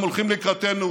הם הולכים לקראתנו.